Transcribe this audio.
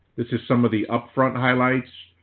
this is some of the upfront highlights,